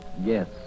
Yes